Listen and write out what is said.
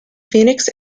phoenix